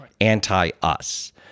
anti-us